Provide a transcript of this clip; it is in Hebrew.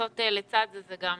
לצד זה, צריך גם